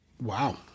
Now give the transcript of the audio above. Wow